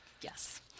Yes